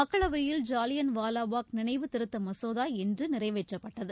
மக்களவையில் ஜாலியன் வாலாபாக் நினைவு திருத்த மசோதா இன்று நிறைவேற்றப்பட்டது